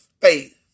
faith